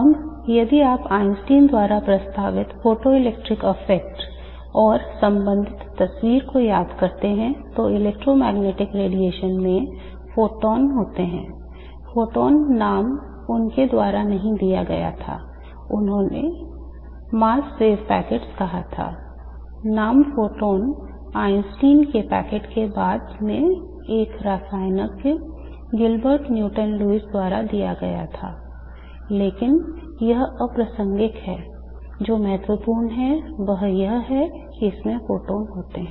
अब यदि आप आइंस्टीन द्वारा प्रस्तावित फोटोइलेक्ट्रिक प्रभाव और संबंधित तस्वीर को याद करते हैं तो इलेक्ट्रोमैग्नेटिक रेडिएशन में फोटॉन द्वारा दिया गया था लेकिन यह अप्रासंगिक है जो महत्वपूर्ण है वह यह है कि इसमें फोटॉन होते हैं